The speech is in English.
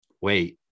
wait